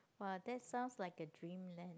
!wah! that sounds like a dreamland